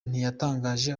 ntiyatangaje